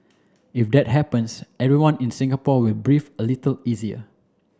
if that happens everyone in Singapore will breathe a little easier